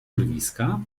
urwiska